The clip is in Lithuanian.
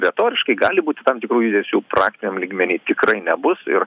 retoriškai gali būti tam tikrų judesių praktiniam lygmeny tikrai nebus ir